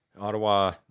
Ottawa